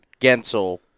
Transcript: Gensel